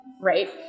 right